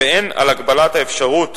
והן הגבלת האפשרות